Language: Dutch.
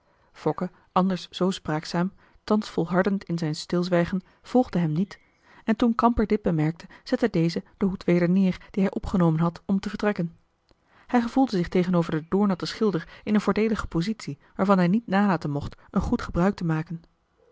anders zoo spraakzaam thans volhardend in zijn stilzwijgen volgde hem niet en toen kamper dit bemerkte zette deze den hoed weder neer dien hij opgenomen had om te vertrekken hij gevoelde zich tegenover den doornatten schilder in een voordeelige positie waarvan hij niet nalaten mocht een goed gebruik te maken